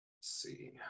see